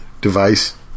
device